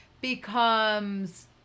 becomes